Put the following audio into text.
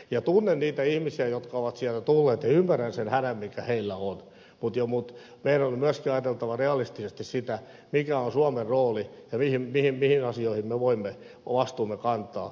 tunnen niitä ihmisiä jotka ovat sieltä tulleet ja ymmärrän sen hädän mikä heillä on mutta meidän on myöskin ajateltava realistisesti sitä mikä on suomen rooli ja mistä asioista me voimme vastuumme kantaa